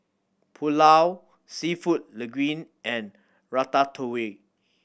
Pulao Seafood Linguine and Ratatouille